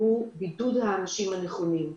הוא בידוד האנשים הנכונים.